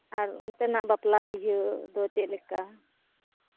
ᱟᱨ ᱚᱱᱛᱮᱱᱟᱜ ᱵᱟᱯᱞᱟ ᱵᱤᱦᱟᱹ ᱫᱚ ᱪᱮᱫ ᱞᱮᱠᱟ